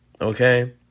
Okay